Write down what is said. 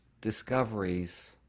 discoveries